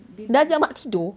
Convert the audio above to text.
dia ajak mak tidur